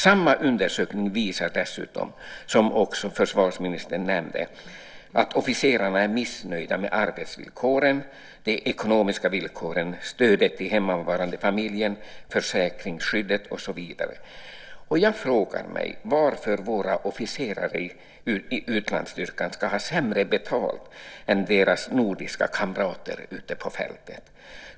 Samma undersökning visar dessutom, vilket försvarsministern också nämnde, att officerarna är missnöjda med arbetsvillkoren, de ekonomiska villkoren, stödet till hemmavarande familj, försäkringsskyddet och så vidare. Jag frågar varför våra officerare i utlandsstyrkan ska ha sämre betalt än deras nordiska kamrater ute på fältet.